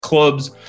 clubs